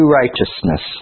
righteousness